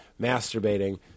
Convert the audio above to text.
masturbating